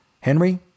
Henry